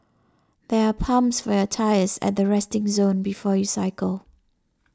there are pumps for your tyres at the resting zone before you cycle